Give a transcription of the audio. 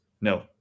No